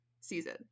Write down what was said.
season